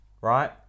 Right